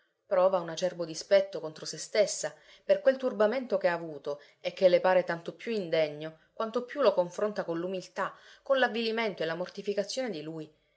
prova un acerbo dispetto contro se stessa per quel turbamento che ha avuto e che le pare tanto più indegno quanto più lo confronta con l'umiltà con l'avvilimento e la mortificazione di lui